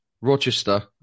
Rochester